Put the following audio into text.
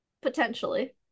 potentially